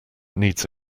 needs